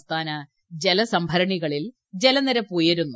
സംസ്ഥാന ജലസംഭരണികളിൽ ജലനിരപ്പ് ഉയരുന്നു